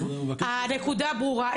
הנקודה ברורה,